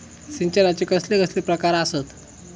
सिंचनाचे कसले कसले प्रकार आसत?